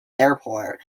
airport